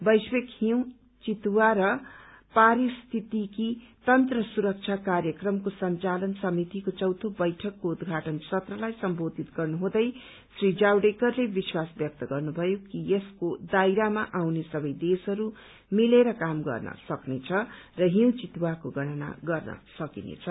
वैश्विक हिउँ चितुवा र पारिस्थितिकी तन्त्र सुरक्षा कार्यक्रमको संचालन समितिको चौयो बैठकको उद्धाटन सत्रलाई सम्बोधित गर्नुहुँदै श्री जावेड़करले विश्वास व्यक्त गर्नुभयो कि यसको दायरामा आउँने सबै देशहरू मिलेर काम कर्न सक्नेछ र हिउँ चितुवाको गणना गर्न सकिनेछ